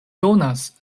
donas